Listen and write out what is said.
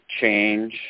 change